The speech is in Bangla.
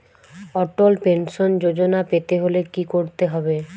অটল পেনশন যোজনা পেতে হলে কি করতে হবে?